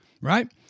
right